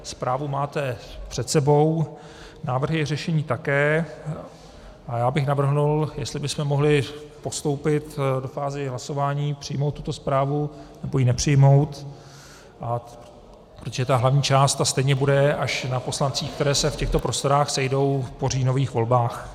Zprávu máte před sebou, návrhy řešení také a já bych navrhl, jestli bychom mohli postoupit do fáze hlasování, přijmout tuto zprávu nebo ji nepřijmout, protože ta hlavní část stejně bude až na poslancích, kteří se v těchto prostorách sejdou po říjnových volbách.